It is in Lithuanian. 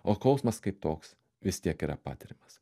o kausmas kaip toks vis tiek yra patiriamas